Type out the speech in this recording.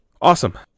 awesome